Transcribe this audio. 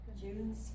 June